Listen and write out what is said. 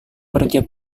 bertiup